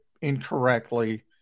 incorrectly